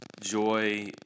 joy